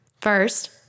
First